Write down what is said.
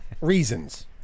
reasons